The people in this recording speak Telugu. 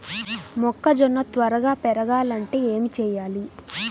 మొక్కజోన్న త్వరగా పెరగాలంటే ఏమి చెయ్యాలి?